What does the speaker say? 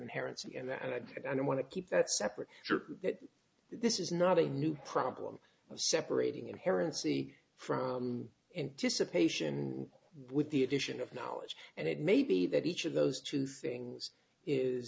parents and that i'd like i don't want to keep that separate that this is not a new problem of separating inherent c from anticipation with the addition of knowledge and it may be that each of those two things is